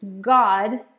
God